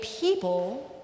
people